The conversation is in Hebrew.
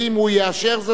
גם בקריאה שלישית.